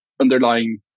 underlying